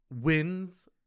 wins